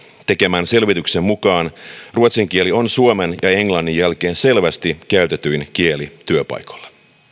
tekemän selvityksen mukaan ruotsin kieli on suomen ja englannin jälkeen selvästi käytetyin kieli työpaikoilla